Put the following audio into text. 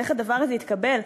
ואיך הדבר הזה התקבל,